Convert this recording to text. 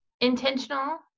intentional